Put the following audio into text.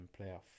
playoff